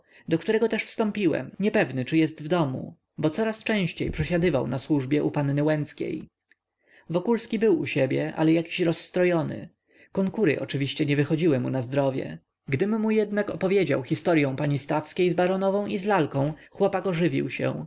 do którego też wstąpiłem niepewny czy jest w domu bo coraz częściej przesiadywał na służbie u panny łęckiej wokulski był u siebie ale jakiś rozstrojony konkury oczywiście nie wychodziły mu na zdrowie gdym mu jednak opowiedział historyą pani stawskiej z baronową i z lalką chłopak ożywił się